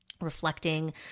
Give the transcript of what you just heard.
reflecting